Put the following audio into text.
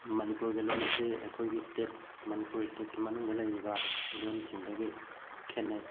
ꯃꯅꯤꯄꯨꯔꯒꯤ ꯂꯣꯟ ꯑꯁꯤ ꯑꯩꯈꯣꯏꯒꯤ ꯁ꯭ꯇꯦꯠ ꯃꯅꯤꯄꯨꯔ ꯁ꯭ꯇꯦꯠꯀꯤ ꯃꯅꯨꯡꯗ ꯂꯩꯔꯤꯕ ꯂꯣꯟꯁꯤꯡꯗꯒꯤ ꯈꯦꯅꯩ